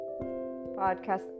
podcast